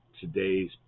today's